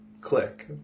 click